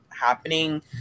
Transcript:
happening